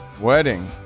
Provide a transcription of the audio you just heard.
Wedding